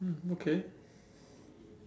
mm okay